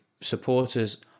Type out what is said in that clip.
Supporters